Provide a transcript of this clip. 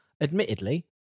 admittedly